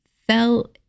fell